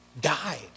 died